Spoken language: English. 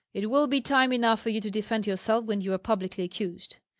it will be time enough for you to defend yourself when you are publicly accused.